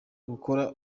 gukora